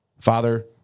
Father